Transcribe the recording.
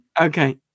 Okay